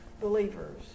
believers